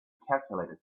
calculator